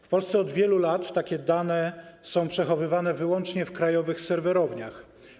W Polsce od wielu lat takie dane są przechowywane wyłącznie w krajowych serwerowniach.